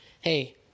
hey